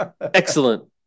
Excellent